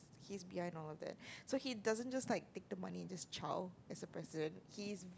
he's behind all that so he doesn't just like take the money and just zao as a President he is